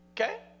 Okay